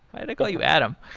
i call you adam?